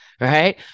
right